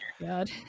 god